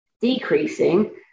decreasing